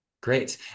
Great